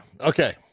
Okay